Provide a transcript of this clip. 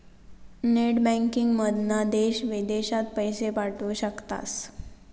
net बँकिंगमधना देश विदेशात पैशे पाठवू शकतास